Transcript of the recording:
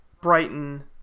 Brighton